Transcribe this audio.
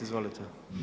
Izvolite.